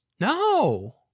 No